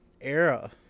era